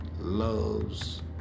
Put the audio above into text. loves